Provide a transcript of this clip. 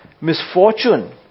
misfortune